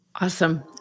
Awesome